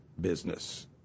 business